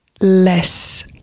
less